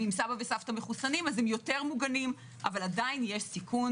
ואם סבא וסבתא מחוסנים הם יותר מוגנים אבל עדיין יש סיכון